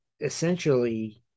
essentially